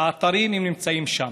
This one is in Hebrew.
האתרים נמצאים שם.